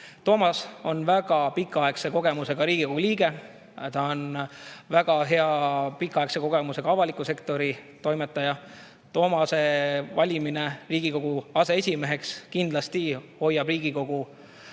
Toomas on väga pikaaegse kogemusega Riigikogu liige. Ta on ka väga hea pikaaegse kogemusega avalikus sektoris toimetaja. Toomase valimine Riigikogu aseesimeheks kindlasti hoiab Riigikogu